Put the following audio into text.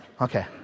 Okay